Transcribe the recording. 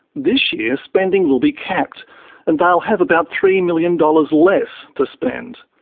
this year, spending will be capped and they'll have about three million dollars less to spend.